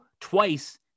twice